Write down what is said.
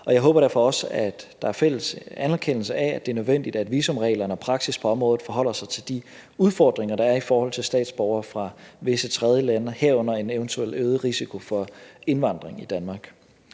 jeg håber derfor også, at der er fælles anerkendelse af, at det er nødvendigt, at visumreglerne og praksis på området forholder sig til de udfordringer, der er i forhold til statsborgere fra visse tredjelande, herunder en eventuelt øget risiko for indvandring i Danmark.